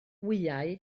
wyau